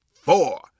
four